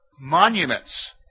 Monuments